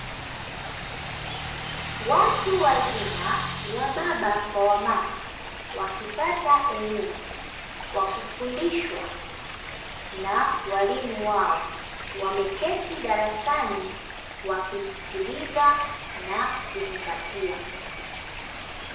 Watu wazima wababa kwa wamama wakipata elimu kwa kufundishwa na walimu wao. Wameketi darasani wakimsikiliza na kuzingazitia.